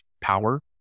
power